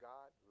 God